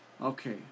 Okay